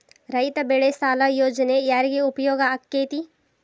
ರೈತ ಬೆಳೆ ಸಾಲ ಯೋಜನೆ ಯಾರಿಗೆ ಉಪಯೋಗ ಆಕ್ಕೆತಿ?